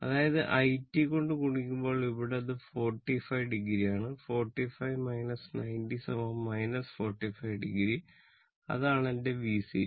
അതായത് i t കൊണ്ട് ഗുണിക്കുമ്പോൾ ഇവിടെ അത് 45 o ആണ് 45 90 45 o അതാണ് എന്റെ VC